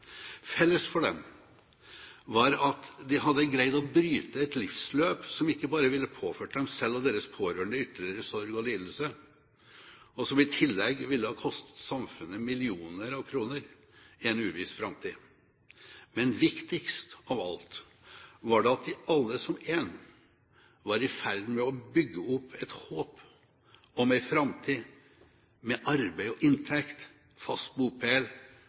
Felles for dem var at de hadde greid å bryte et livsløp som ikke bare ville påført dem selv og deres pårørende ytterligere sorg og lidelse, men som i tillegg ville ha kostet samfunnet millioner av kroner i en uviss framtid. Men viktigst av alt var det at de alle som én var i ferd med å bygge opp et håp om ei framtid med arbeid og inntekt, fast